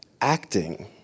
acting